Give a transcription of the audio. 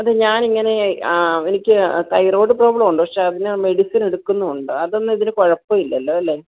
അതെ ഞാനിങ്ങനെയെ എനിക്ക് തൈറോയ്ഡ് പ്രോബ്ളം ഉണ്ട് പക്ഷെ അതിന് മെഡിസിൻ എടുക്കുന്നും ഉണ്ട് അതൊന്നും ഇതിന് കുഴപ്പം ഇല്ലല്ലോ ലേ